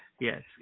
Yes